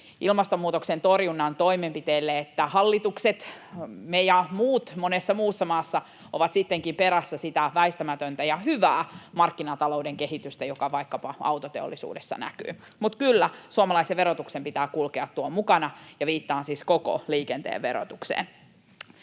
ilmastonmuutoksen torjunnan toimenpiteelle, että hallitukset — me ja muut monessa muussa maassa — ovat sittenkin perässä sitä väistämätöntä ja hyvää markkinatalouden kehitystä, joka vaikkapa autoteollisuudessa näkyy. Mutta kyllä, suomalaisen verotuksen pitää kulkea tuon mukana, ja viittaan siis koko liikenteen verotukseen.